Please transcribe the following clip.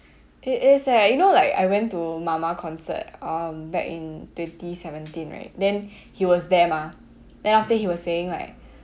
it is eh you know like I went to mama concert um back in twenty seventeen right then he was there mah then after he was saying like